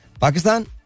Pakistan